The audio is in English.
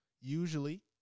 usually